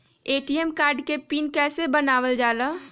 ATM card के PIN कैसे बनावल जाला?